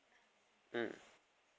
mm